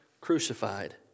crucified